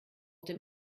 dem